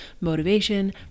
motivation